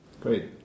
Great